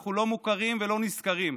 אנחנו לא מוכרים ולא נשכרים.